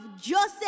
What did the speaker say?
Joseph